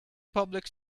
public